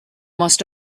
must